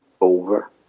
over